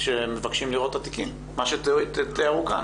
מה שתיארו כאן.